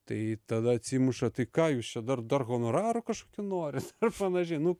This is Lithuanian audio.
tai tada atsimuša tai ką jūs čia dar dar honoraro kažkokio norit ar panašiai nu